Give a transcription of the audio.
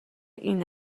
این